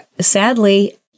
sadly